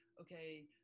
okay